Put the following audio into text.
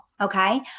Okay